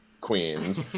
queens